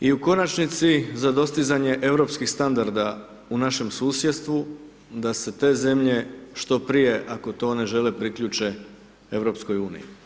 I u konačnici za dostizanje europskih standarda u našem susjedstvu da se te zemlje što prije ako to one žele priključe EU.